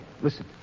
Listen